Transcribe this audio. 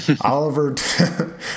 Oliver